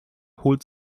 holt